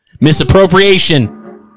Misappropriation